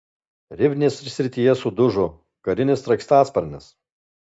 rivnės srityje sudužo karinis sraigtasparnis